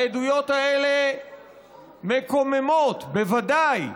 העדויות האלה מקוממות, בוודאי.